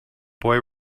boy